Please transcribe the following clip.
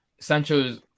Sancho's